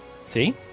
See